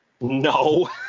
No